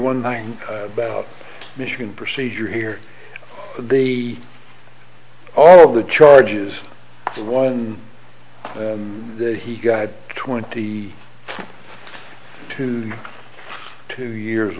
one thing about michigan procedure here the all the charges one he got twenty two two years